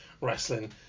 wrestling